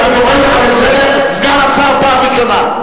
אני קורא אותך לסדר, סגן השר, פעם ראשונה.